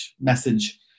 message